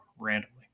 randomly